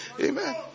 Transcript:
Amen